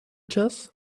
chess